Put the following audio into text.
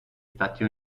stati